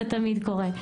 זה תמיד קורה.